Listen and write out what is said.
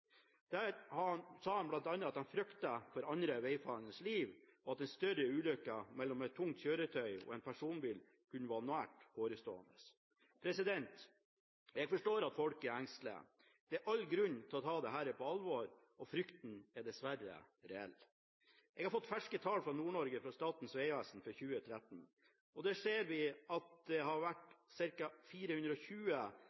Der sa han bl.a. at han fryktet for andre vegfarendes liv, og at en større ulykke mellom et tungt kjøretøy og en personbil kunne være nært forestående. Jeg forstår at folk er engstelige. Det er all grunn til å ta dette på alvor. Frykten er dessverre reell. Jeg har fått ferske tall for Nord-Norge fra Statens vegvesen for 2013, og der ser vi at det har